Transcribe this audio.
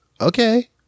okay